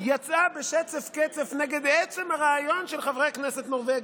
יצאה בשצף-קצף נגד עצם הרעיון של חברי כנסת נורבגים.